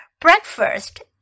Breakfast